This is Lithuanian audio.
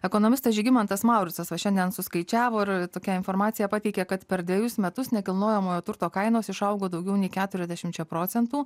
ekonomistas žygimantas mauricas va šiandien suskaičiavo ir tokią informaciją pateikė kad per dvejus metus nekilnojamojo turto kainos išaugo daugiau nei keturiasdešimčia procentų